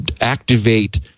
activate